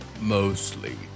Mostly